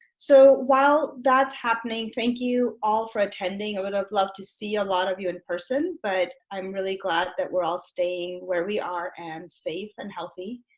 so while that's happening thank you all for attending i would have loved to see a lot of you in person but i'm really glad that we're all staying where we are and safe and healthy,